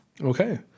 Okay